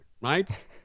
right